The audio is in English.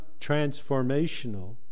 transformational